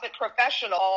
professional